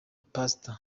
pastor